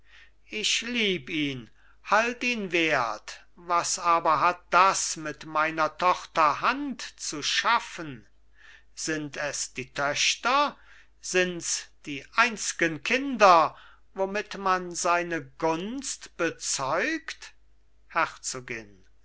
ich lieb ihn halt ihn wert was aber hat das mit meiner tochter hand zu schaffen sind es die töchter sinds die einzgen kinder womit man seine gunst bezeugt herzogin